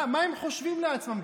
מה הם חושבים לעצמם,